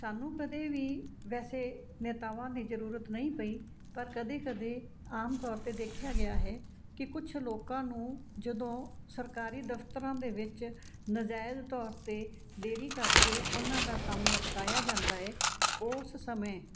ਸਾਨੂੰ ਕਦੇ ਵੀ ਵੈਸੇ ਨੇਤਾਵਾਂ ਦੀ ਜ਼ਰੂਰਤ ਨਹੀਂ ਪਈ ਪਰ ਕਦੇ ਕਦੇ ਆਮ ਤੌਰ 'ਤੇ ਦੇਖਿਆ ਗਿਆ ਹੈ ਕਿ ਕੁਛ ਲੋਕਾਂ ਨੂੰ ਜਦੋਂ ਸਰਕਾਰੀ ਦਫਤਰਾਂ ਦੇ ਵਿੱਚ ਨਜਾਇਜ਼ ਤੌਰ 'ਤੇ ਦੇਰੀ ਕਰਕੇ ਉਹਨਾਂ ਦਾ ਕੰਮ ਲਟਕਾਇਆ ਜਾਂਦਾ ਹੈ ਉਹ ਉਸ ਸਮੇਂ